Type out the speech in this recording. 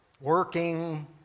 working